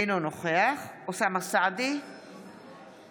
אינו נוכח אוסאמה סעדי,